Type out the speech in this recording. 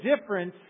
difference